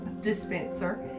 dispenser